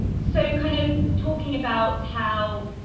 so kind of talking about how